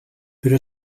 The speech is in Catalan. però